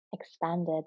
expanded